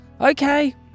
Okay